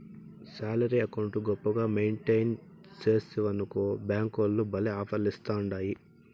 salary account గొప్పగా maintain సేస్తివనుకో బ్యేంకోల్లు భల్లే ఆపర్లిస్తాండాయి